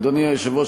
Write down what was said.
אדוני היושב-ראש,